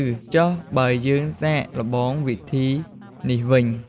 ឬ "ចុះបើយើងសាកល្បងវិធីនេះវិញ?"។